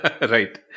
Right